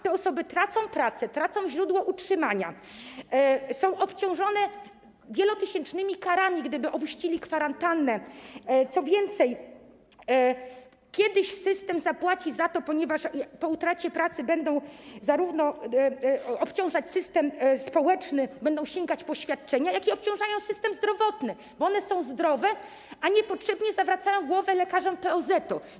Te osoby tracą pracę, tracą źródło utrzymania, są obciążone wielotysięcznymi karami, gdyby opuściły kwarantannę, co więcej, kiedyś system zapłaci za to, ponieważ po utracie pracy będą one obciążać zarówno system społeczny, bo będą sięgać po świadczenia, jak i system zdrowotny, bo one są zdrowe, a niepotrzebnie zawracają głowę lekarzom POZ-u.